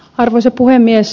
arvoisa puhemies